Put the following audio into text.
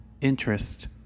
interest